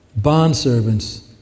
bondservants